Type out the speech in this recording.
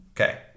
Okay